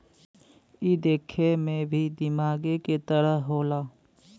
ई देखे मे भी दिमागे के तरह होला